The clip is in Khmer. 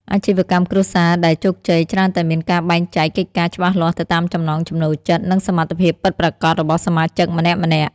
អាជីវកម្មគ្រួសារដែលជោគជ័យច្រើនតែមានការបែងចែកកិច្ចការច្បាស់លាស់ទៅតាមចំណង់ចំណូលចិត្ត និងសមត្ថភាពពិតប្រាកដរបស់សមាជិកម្នាក់ៗ។